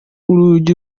urugi